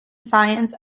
science